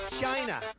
China